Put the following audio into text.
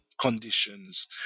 conditions